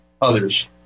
others